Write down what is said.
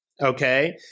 okay